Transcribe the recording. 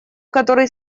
который